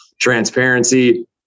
transparency